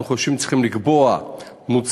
אנחנו חושבים שצריכים לקבוע מוצרים